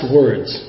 words